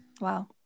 Wow